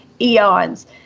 eons